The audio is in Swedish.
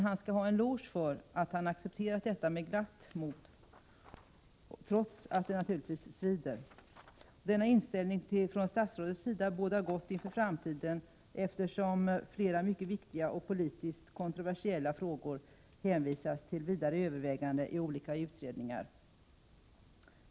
Han skall ha en eloge för att han har accepterat detta med glatt mod, trots att det naturligtvis svider. Denna inställning från statsrådets sida bådar gott inför framtiden, eftersom flera mycket viktiga och politiskt kontroversiella frågor hänvisas till vidare överväganden i olika utredningar.